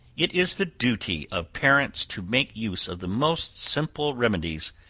it is the duty of parents to make use of the most simple remedies,